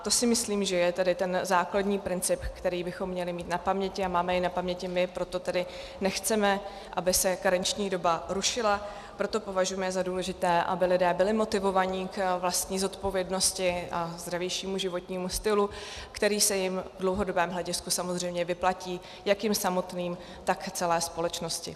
To si myslím, že je ten základní princip, který bychom měli mít na paměti, a máme jej na paměti my, a proto tedy nechceme, aby se karenční doba rušila, proto považujeme za důležité, aby lidé byli motivovaní k vlastní zodpovědnosti a zdravějšímu životnímu stylu, který se jim v dlouhodobém hledisku samozřejmě vyplatí jak jim samotným, tak i celé společnosti.